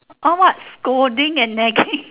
how much scolding and nagging